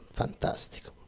fantastico